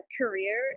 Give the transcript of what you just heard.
career